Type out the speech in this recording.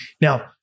Now